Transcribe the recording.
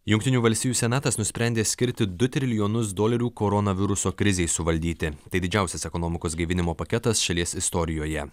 jungtinių valstijų senatas nusprendė skirti du trilijonus dolerių koronaviruso krizei suvaldyti tai didžiausias ekonomikos gaivinimo paketas šalies istorijoje